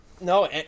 No